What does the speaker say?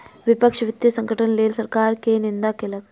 विपक्ष वित्तीय संकटक लेल सरकार के निंदा केलक